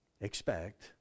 expect